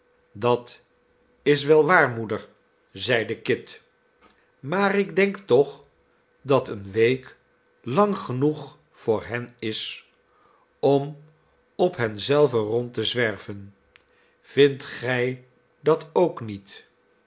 dat is wel waar moeder zeide kit maar ik denk toch dat eene week lang genoeg voor hen is om op hen zelven rorid te zwerven vindt gij dat ook niet